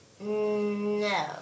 No